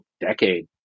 decade